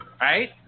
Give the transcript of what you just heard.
Right